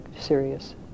serious